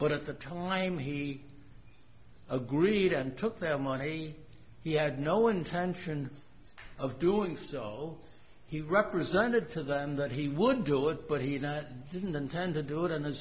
but at the time he agreed and took their money he had no intention of doing he represented to them that he would do it but he did not didn't intend to do it in